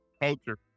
culture